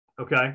Okay